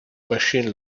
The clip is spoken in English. machine